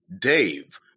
Dave